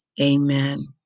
amen